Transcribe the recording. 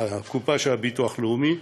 על חשבון הקופה של הביטוח הלאומי.